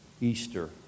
Easter